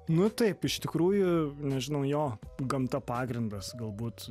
nu taip iš tikrųjų nežinau jo gamta pagrindas galbūt